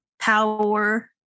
power